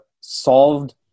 solved